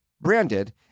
branded